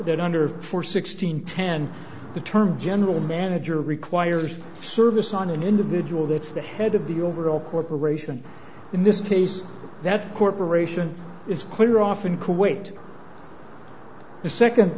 they're under four sixteen ten the term general manager requires service on an individual that's the head of the overall corporation in this case that corporation is clear off in kuwait the second